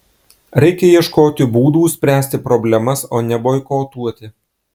reikia ieškoti būdų spręsti problemas o ne boikotuoti